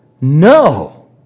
No